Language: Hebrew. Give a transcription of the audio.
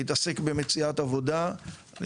להתעסק במציאת עבודה,